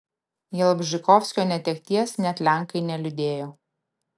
jalbžykovskio netekties net lenkai neliūdėjo